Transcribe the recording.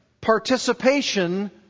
participation